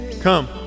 Come